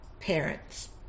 parents